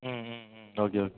ம் ம் ம் ஓகே ஓகே